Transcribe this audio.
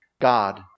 God